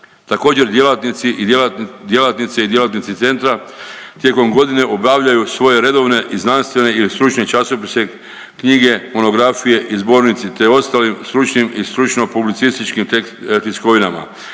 i djelatnice i djelatnici centra tijekom godine obavljaju svoje redovne i znanstvene ili stručne časopise, knjige, monografije i zbornici, te ostali stručno-publicističkim tiskovinama